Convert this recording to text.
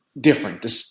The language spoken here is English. different